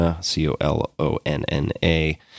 C-O-L-O-N-N-A